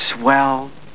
swell